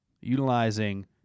utilizing